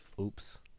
Oops